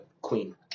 queen